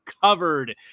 covered